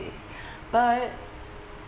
but